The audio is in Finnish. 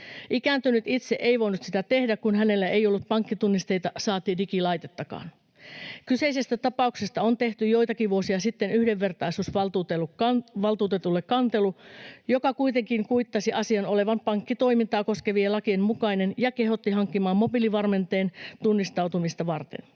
Ikääntynyt itse ei voinut sitä tehdä, kun hänellä ei ollut pankkitunnisteita, saati digilaitettakaan. Kyseisestä tapauksesta on tehty joitakin vuosia sitten yhdenvertaisuusvaltuutetulle kantelu, joka kuitenkin kuittasi asian olevan pankkitoimintaa koskevien lakien mukainen ja kehotti hankkimaan mobiilivarmenteen tunnistautumista varten.